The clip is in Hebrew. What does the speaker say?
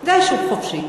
זה שוק חופשי.